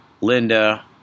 Linda